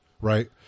right